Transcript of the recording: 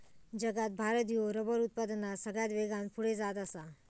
जगात भारत ह्यो रबर उत्पादनात सगळ्यात वेगान पुढे जात आसा